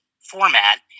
format